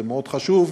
זה מאוד חשוב,